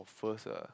first ah